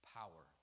power